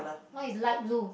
white light blue